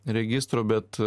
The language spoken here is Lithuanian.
registro bet